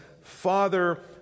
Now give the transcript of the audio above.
Father